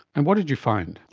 and what did you find?